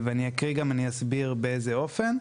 ואני אקריא גם, אני אסביר באיזה אופן.